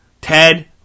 Ted